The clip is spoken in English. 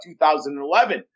2011